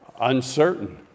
uncertain